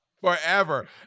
forever